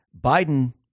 Biden